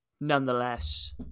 nonetheless